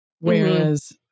Whereas